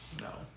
No